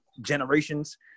generations